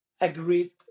agreed